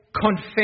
confess